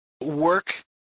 work